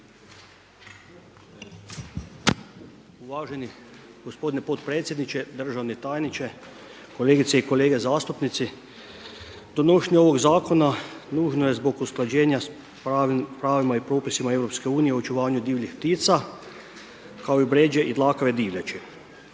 Uvaženi gospodine potpredsjedniče, državni tajniče, kolegice i kolege zastupnici. Donošenje ovog zakona nužno je zbog usklađenja sa pravima i propisima EU o očuvanju divljih ptica kao i bređe i dlakave divljači.